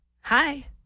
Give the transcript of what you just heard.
Hi